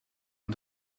een